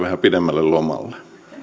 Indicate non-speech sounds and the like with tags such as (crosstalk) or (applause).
(unintelligible) vähän pidemmälle lomalle